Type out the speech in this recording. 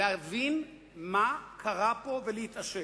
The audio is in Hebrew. צריכים להבין מה קרה פה ולהתעשת.